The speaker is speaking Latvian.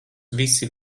visi